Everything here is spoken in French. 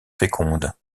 féconde